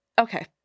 okay